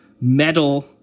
metal